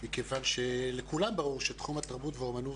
מכיוון שלכולם ברור שתחום התרבות והאומנות